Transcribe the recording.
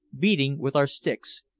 beating with our sticks,